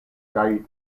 kaj